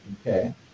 Okay